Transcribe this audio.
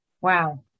wow